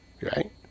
right